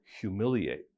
humiliate